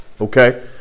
Okay